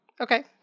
Okay